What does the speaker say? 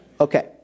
Okay